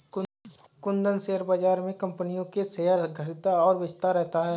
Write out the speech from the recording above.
Kundan share बाज़ार में कम्पनियों के शेयर खरीदता और बेचता रहता है